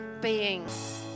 beings